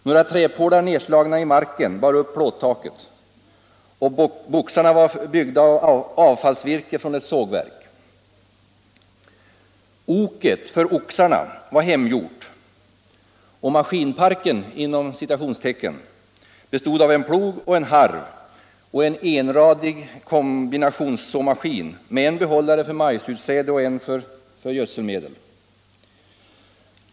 Några träpålar nedslagna i marken bar upp plåttaket, och boxarna var byggda av avfallsvirke från ett sågverk. Oket för oxarna var hemgjort, och ”maskinparken” bestod av en plog, en harv och en enradig kombinationssåmaskin med en behållare för majsutsädet och en för gödselmedel.